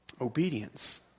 Obedience